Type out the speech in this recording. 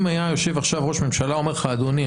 אם היה יושב עכשיו ראש הממשלה ואומר לך: אדוני,